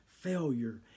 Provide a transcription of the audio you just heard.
failure